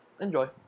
enjoy